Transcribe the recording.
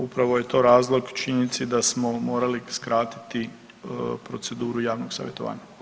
Upravo je to razlog činjenici da smo morali skratiti proceduru javnog savjetovanja.